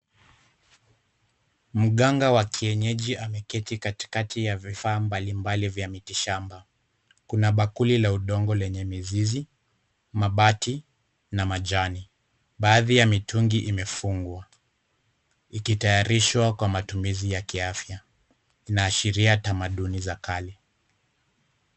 Mganga wa kienyeji ameketi katikati ya vifaa mbalimbali vya miti shamba. Kuna bakuli la udongo lenye mizizi, mabati na majani . Baadhi ya mitungi imefungwa ikitayarishwa kwa matumizi ya kiafya, inaashiria tamaduni za kale.